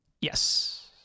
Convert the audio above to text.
Yes